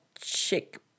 chick